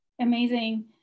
amazing